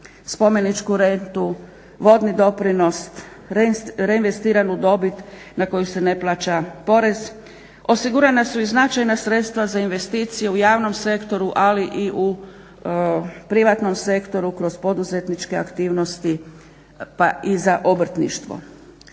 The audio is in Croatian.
spomeničku rentu, vodni doprinos, reinvestiranu dobit na koju se ne plaća porez, osigurana su i značajna sredstva za investicije u javnom sektoru ali i u privatnom sektoru kroz poduzetničke aktivnosti pa i za obrtništvo.